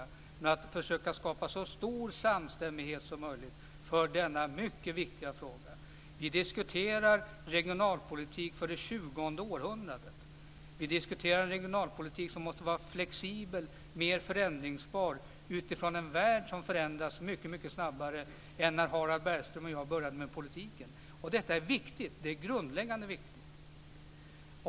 Men vi kommer att försöka skapa så stor samstämmighet som möjligt för denna mycket viktiga fråga. Vi diskuterar regionalpolitik för det 21:a århundradet. Det är en regionalpolitik som måste vara flexibel och mer förändringsbar utifrån en värld som förändras mycket snabbare än när jag och Harald Bergström började med politiken. Detta är viktigt och grundläggande.